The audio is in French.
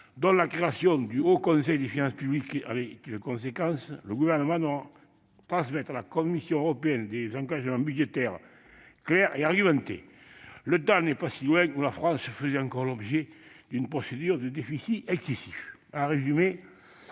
dont la création du Haut Conseil des finances publiques est une conséquence -, le Gouvernement doit transmettre à la Commission européenne des engagements budgétaires clairs et argumentés. Le temps n'est pas si loin où la France faisait encore l'objet d'une procédure pour déficit excessif.